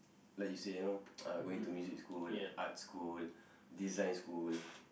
like you say you know uh going to music school arts school design school